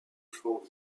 font